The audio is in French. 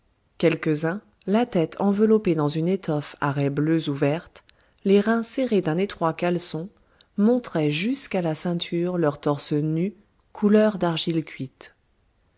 quelques-uns la tête enveloppée dans une étoffe à raies bleues ou vertes les reins serrés d'un étroit caleçon montraient jusqu'à la ceinture leur torse nu couleur d'argile cuite